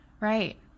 Right